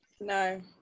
No